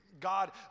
God